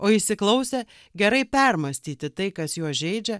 o įsiklausę gerai permąstyti tai kas juos žeidžia